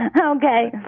Okay